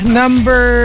number